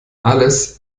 alles